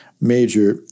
major